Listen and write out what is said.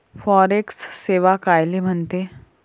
Forex सेवा कायले म्हनते?